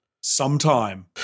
sometime